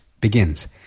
begins